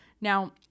Now